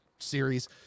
series